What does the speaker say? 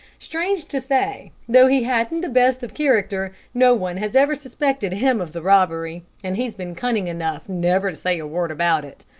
strange to say, though he hadn't the best of character, no one has ever suspected him of the robbery, and he's been cunning enough never to say a word about it.